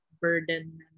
burden